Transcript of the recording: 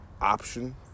option